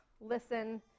listen